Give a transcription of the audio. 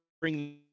bring